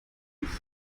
nicht